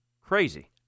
crazy